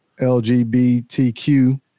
LGBTQ